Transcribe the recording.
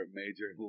major